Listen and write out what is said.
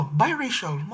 biracial